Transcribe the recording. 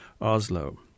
Oslo